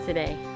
Today